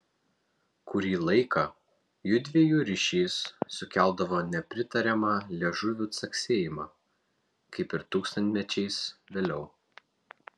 kurį laiką jųdviejų ryšys sukeldavo nepritariamą liežuvių caksėjimą kaip ir tūkstantmečiais vėliau